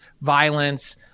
violence